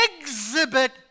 exhibit